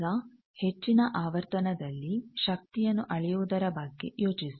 ಈಗ ಹೆಚ್ಚಿನ ಆವರ್ತನದಲ್ಲಿ ಶಕ್ತಿಯನ್ನು ಅಳೆಯುವುದರ ಬಗ್ಗೆ ಯೋಚಿಸಿ